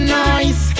nice